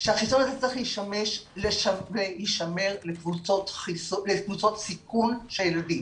שהחיסון הזה צריך להישמר לקבוצות סיכון של ילדים.